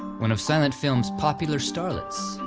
one of silent film's popular starlets,